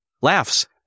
laughs